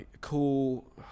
cool